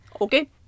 Okay